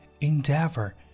endeavor